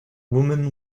woman